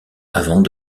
avant